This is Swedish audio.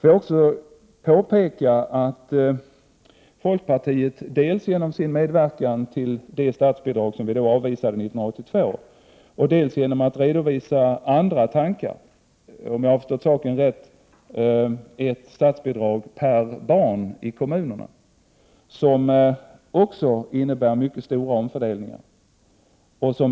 Får jag även påpeka att folkpartiets politik dels genom det förslag till statsbidrag som vi avvisade 1982, dels genom andra tankar — såvitt jag förstår förslag till ett statsbidrag per barn i kommunerna — innebar en mycket stor omfördelning, som